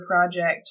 project